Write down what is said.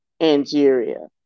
Angeria